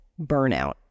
burnout